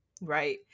Right